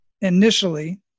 initially